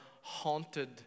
haunted